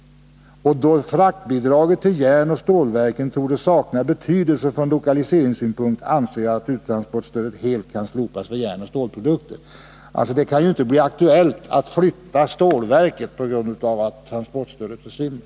Då fraktbidraget till järnoch stålverken torde sakna betydelse från lokaliseringssynpunkt anser jag att uttransportstödet helt kan slopas för järnoch stålprodukter.” Det kan ju inte bli aktuellt att flytta stålverket på grund av att transportstödet försvinner.